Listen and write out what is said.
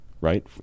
right